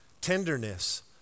tenderness